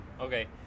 Okay